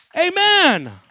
Amen